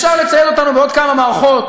אפשר לצייד אותנו בעוד כמה מערכות,